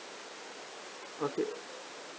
okay